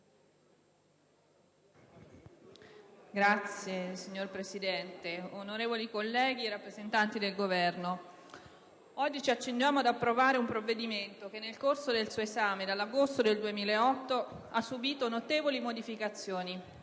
*(PD)*. Signor Presidente, onorevoli colleghi, rappresentanti del Governo, oggi ci accingiamo ad approvare un provvedimento che nel corso del suo esame, dall'agosto 2008, ha subito notevoli modificazioni,